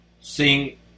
sing